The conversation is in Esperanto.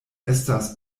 estas